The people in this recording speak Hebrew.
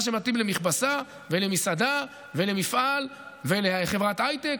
מה שמתאים למכבסה ולמסעדה ולמפעל ולחברת הייטק,